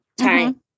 time